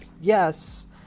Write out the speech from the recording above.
yes